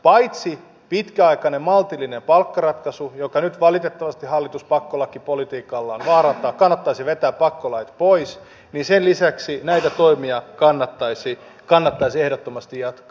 paitsi pitkäaikainen maltillinen palkkaratkaisu jonka nyt valitettavasti hallitus pakkolakipolitiikallaan vaarantaa kannattaisi vetää pakkolait pois niin sen lisäksi näitä toimia kannattaisi ehdottomasti jatkaa